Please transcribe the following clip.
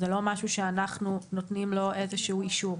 זה לא משהו שאנחנו נותנים לו איזשהו אישור.